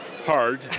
Hard